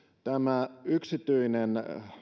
tämä yksityinen